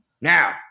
Now